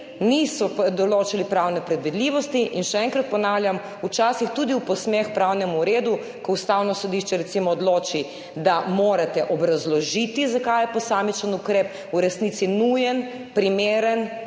niso določali pravne predvidljivosti in še enkrat ponavljam, včasih so bili tudi v posmeh pravnemu redu, ko Ustavno sodišče recimo odloči, da morate obrazložiti, zakaj je posamičen ukrep v resnici nujen, primeren,